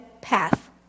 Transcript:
path